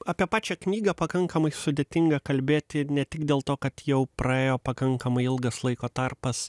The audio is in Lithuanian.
apie pačią knygą pakankamai sudėtinga kalbėti ir ne tik dėl to kad jau praėjo pakankamai ilgas laiko tarpas